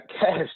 cash